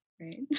right